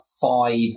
five